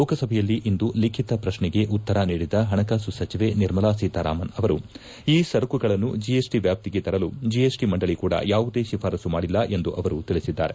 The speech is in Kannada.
ಲೋಕಸಭೆಯಲ್ಲಿಂದು ಲಿಖಿತ ಪ್ರಶ್ನೆಗೆ ಉತ್ತರ ನೀಡಿದ ಹಣಕಾಸು ಸಚಿವೆ ನಿರ್ಮಲಾ ಸೀತಾರಾಮನ್ ಅವರು ಈ ಸರಕುಗಳನ್ನು ಜಿಎಸ್ಟಿ ವ್ಯಾಪ್ತಿಗೆ ತರಲು ಜಿಎಸ್ಟಿ ಮಂಡಳಿ ಕೂಡಾ ಯಾವುದೇ ಶಿಫಾರಸ್ಸು ಮಾಡಿಲ್ಲ ಎಂದು ಅವರು ತಿಳಿಸಿದ್ದಾರೆ